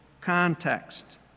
context